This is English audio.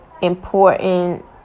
important